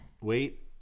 Wait